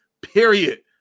period